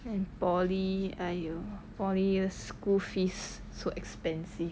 poly !aiyo! poly school fees so expensive